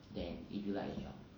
then if you like you job